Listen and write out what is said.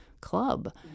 club